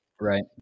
Right